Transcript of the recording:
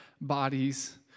bodies